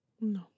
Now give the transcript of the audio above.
No